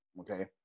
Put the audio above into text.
okay